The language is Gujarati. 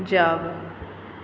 જાવ